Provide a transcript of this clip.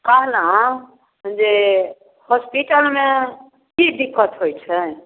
कहलहुँ जे हॉस्पिटलमे कि दिक्कत होइ छै